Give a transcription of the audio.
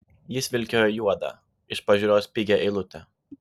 jis vilkėjo juoda iš pažiūros pigia eilute